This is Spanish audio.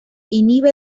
inhibe